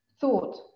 thought